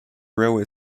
railway